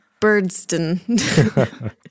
Birdston